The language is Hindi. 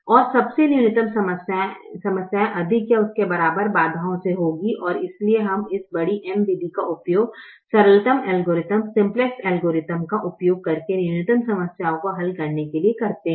और सबसे न्यूनतम समस्याएँ अधिक या उसके बराबर बाधाओं से होंगी और इसलिए हम इस बड़ी M विधि का उपयोग सरलतम एल्गोरिथ्म का उपयोग करके न्यूनतम समस्याओं को हल करने के लिए करते हैं